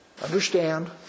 Understand